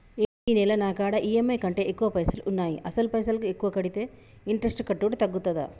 ఈ నెల నా కాడా ఈ.ఎమ్.ఐ కంటే ఎక్కువ పైసల్ ఉన్నాయి అసలు పైసల్ ఎక్కువ కడితే ఇంట్రెస్ట్ కట్టుడు తగ్గుతదా?